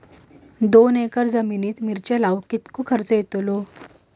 दोन एकर जमिनीत मिरचे लाऊक कितको खर्च यातलो?